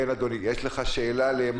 יש לך שאלה למר צבי דביר?